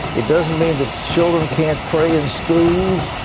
it doesn't mean that children can't pray in schools.